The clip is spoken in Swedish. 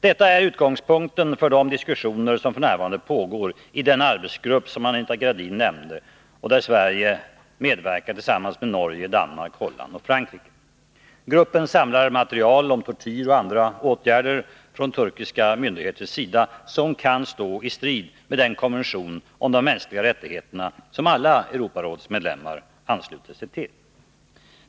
Detta är utgångspunkten för de diskussioner som f.n. pågår i den arbetsgrupp som Anita Gradin nämnde och där Sverige medverkar tillsammans med Norge, Danmark, Holland och Frankrike. Gruppen samlar material om tortyr och andra åtgärder från turkiska myndigheters sida, som kan stå i strid med den konvention om de mänskliga rättigheterna som alla Europarådsmedlemmar anslutit sig till.